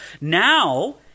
Now